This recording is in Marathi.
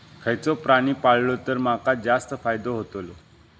खयचो प्राणी पाळलो तर माका जास्त फायदो होतोलो?